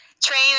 train